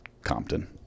Compton